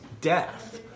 death